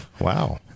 Wow